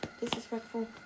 disrespectful